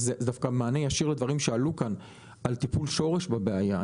זה דווקא מענה ישיר לדברים שעלו כאן על טיפול שורש בבעיה.